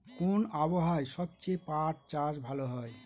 কোন আবহাওয়ায় সবচেয়ে পাট চাষ ভালো হয়?